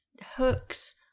hooks